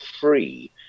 free